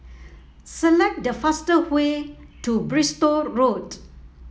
select the fast way to Bristol Road